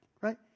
Right